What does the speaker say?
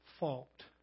Fault